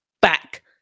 back